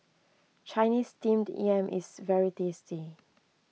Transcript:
Chinese Steamed Yam is very tasty